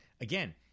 again